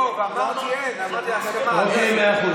מאה אחוז.